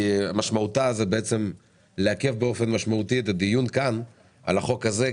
משמעותה בעצם היא לעכב באופן משמעותי את הדיון כאן על החוק הזה,